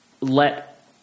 let